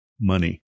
Money